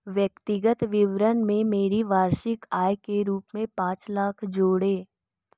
व्यक्तिगत विवरण में मेरी वार्षिक आय के रूप में पाँच लाख जोड़ें